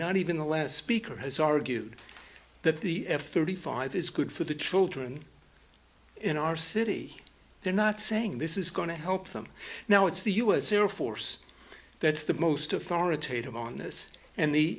not even the last speaker has argued that the f thirty five is good for the children in our city they're not saying this is going to help them now it's the us air force that's the most authoritative on this and the